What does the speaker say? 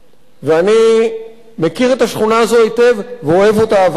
ואני מכיר את השכונה הזאת היטב ואוהב אותה אהבה גדולה.